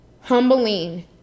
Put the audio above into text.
humbling